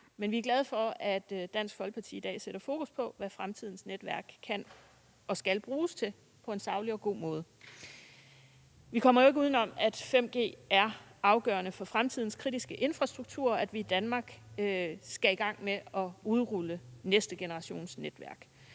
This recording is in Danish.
men vi er glade for, at Dansk Folkeparti i dag på en saglig og god måde sætter fokus på, hvad fremtidens netværk kan og skal bruges til. Vi kommer jo ikke uden om, at 5G er afgørende for fremtidens kritiske infrastruktur, og at vi i Danmark skal i gang med at udrulle næste generations netværk.